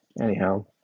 anyhow